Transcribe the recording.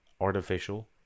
Artificial